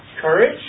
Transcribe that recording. Courage